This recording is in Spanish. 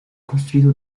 construido